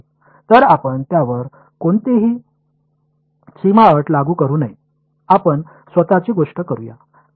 तर आपण त्यावर कोणतीही सीमा अट लागू करू नये आपण स्वतःची गोष्ट करूया